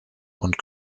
und